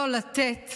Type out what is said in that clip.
לא לתת